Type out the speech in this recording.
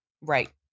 Right